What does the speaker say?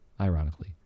ironically